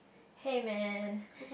hey man